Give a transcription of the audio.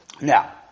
Now